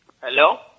Hello